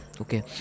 okay